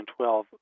2012